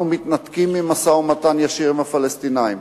אנחנו מתנתקים ממשא-ומתן ישיר עם הפלסטינים,